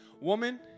Woman